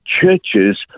churches